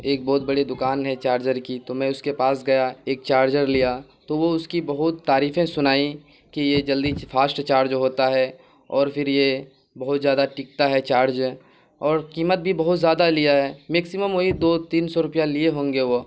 ایک بہت بڑے دکان ہے چارجر کی تو میں اس کے پاس گیا ایک چارجر لیا تو وہ اس کی بہت تعریفیں سنائیں کہ یہ جلدی فاسٹ چارج ہوتا ہے اور پھر یہ بہت زیادہ ٹکتا ہے چاڑج اور قیمت بھی بہت زیادہ لیا ہے میکسیمم وہی دو تین سو روپیہ لیے ہوں گے وہ